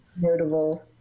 notable